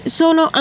sono